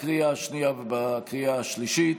לקריאה השנייה ולקריאה השלישית.